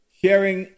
sharing